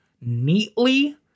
neatly